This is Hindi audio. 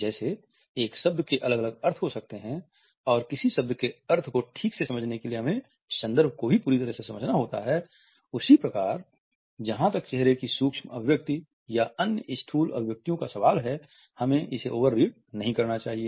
जैसे एक शब्द के अलग अलग अर्थ हो सकते हैं और किसी शब्द के अर्थ को ठीक से समझने के लिए हमें संदर्भ को भी पूरी तरह से समझना होगा उसी प्रकार जहां तक चेहरे की सूक्ष्म अभिव्यक्ति या अन्य स्थूल अभिव्यक्तियों का सवाल है हमें इसे ओवर रीड नहीं करना चाहिए